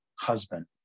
husband